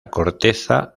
corteza